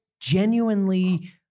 genuinely